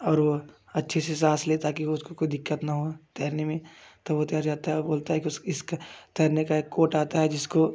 और व अच्छी सी सांस ले ताकि उसकी कोई दिक्कत ना हो तैरने में तो वो तैर जाता है बोलता है कि उसकी तैरने का एक कोट आता है जिसको